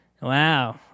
Wow